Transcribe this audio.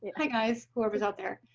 yeah guys, whoever's out there.